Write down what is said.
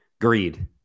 greed